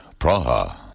Praha